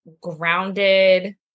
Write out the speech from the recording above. grounded